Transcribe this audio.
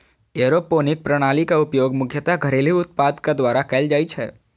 aeroponic प्रणालीक उपयोग मुख्यतः घरेलू उत्पादक द्वारा कैल जाइ छै